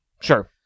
sure